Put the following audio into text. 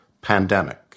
pandemic